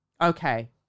Okay